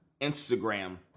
Instagram